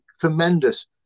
tremendous